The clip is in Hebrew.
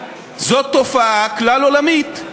זו תופעה כלל-עולמית,